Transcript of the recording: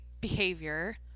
behavior